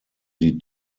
die